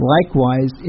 Likewise